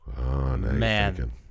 Man